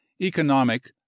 economic